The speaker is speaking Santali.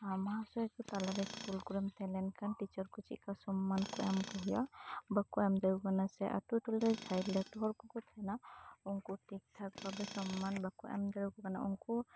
ᱥᱮ ᱢᱟᱦᱟᱥᱚᱭ ᱠᱚ ᱛᱟᱞᱟᱨᱮ ᱤᱥᱠᱩᱞ ᱠᱚᱨᱮᱢ ᱛᱟᱦᱮᱸ ᱞᱮᱱ ᱠᱷᱟᱱ ᱴᱤᱪᱟᱨ ᱠᱚ ᱪᱮᱜ ᱠᱟ ᱥᱚᱢᱢᱟᱱ ᱠᱚ ᱮᱢ ᱠᱚ ᱦᱩᱭᱩᱜᱼᱟ ᱵᱟᱠᱚ ᱮᱢ ᱫᱟᱲᱮᱣ ᱠᱚ ᱠᱟᱱᱟ ᱥᱮ ᱟᱠᱚ ᱨᱮᱱ ᱡᱟᱦᱟᱸᱭ ᱞᱟᱴᱩ ᱦᱚᱲ ᱠᱚᱠᱚ ᱛᱟᱦᱮᱸᱱᱟ ᱩᱝᱠᱩ ᱴᱷᱤᱠᱴᱷᱟᱠ ᱵᱷᱟᱵᱮ ᱥᱚᱢᱢᱟᱱ ᱵᱟᱠᱚ ᱮᱢ ᱫᱟᱲᱮᱣ ᱠᱚ ᱠᱟᱱᱟ ᱩᱝᱠᱩ